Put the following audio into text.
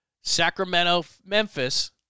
Sacramento-Memphis